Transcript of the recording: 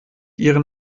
ihren